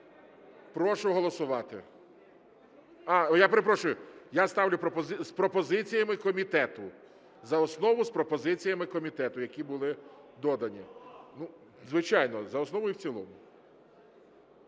Прошу голосувати. Я перепрошую. Я ставлю з пропозиціями комітету, за основу з пропозиціями комітету, які були додані. Звичайно, за основу і в цілому.